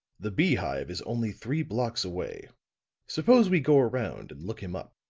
the beehive is only three blocks away suppose we go around and look him up.